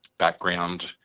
background